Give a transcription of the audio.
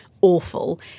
awful